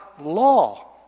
law